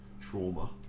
trauma